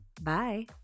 Bye